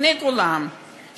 לפני כולם,